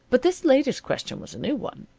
but this latest question was a new one.